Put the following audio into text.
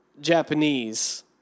Japanese